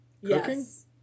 yes